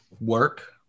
work